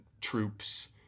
troops